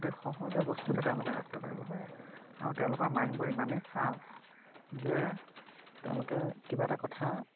অতি সহজে বস্তু এটা তেওঁলোকে আয়ত্ত্ব কৰিব পাৰে আৰু তেওঁলোকৰ মাইণ্ডবোৰ ইমানেই চাৰ্প যে তেওঁলোকে কিবা এটা কথা